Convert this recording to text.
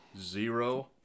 Zero